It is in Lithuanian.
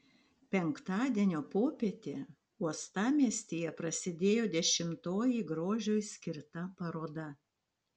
penktadienio popietę uostamiestyje prasidėjo dešimtoji grožiui skirta paroda